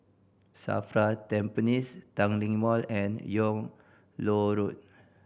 SAFRA Tampines Tanglin Mall and Yung Loh Road